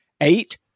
eight